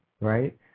right